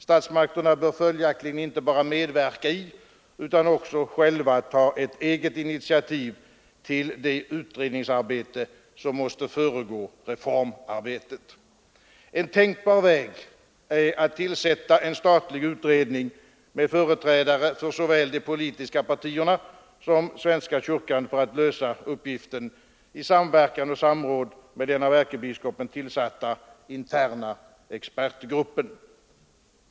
Statsmakterna bör följaktligen inte bara medverka i utan också själva ta ett eget initiativ till det utredningsarbete som måste föregå reformarbetet. En tänkbar väg är att tillsätta en statlig utredning med företrädare för såväl de politiska partierna som svenska kyrkan för att lösa uppgiften i samverkan och samråd med den av ärkebiskopen tillsatta interna expertgruppen.